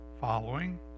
Following